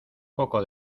poco